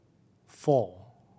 four